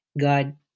God